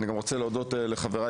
אני רוצה גם להודות לחבריי,